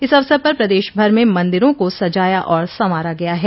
इस अवसर पर प्रदेश भर में मन्दिरा को सजाया और संवारा गया है